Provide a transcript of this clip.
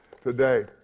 today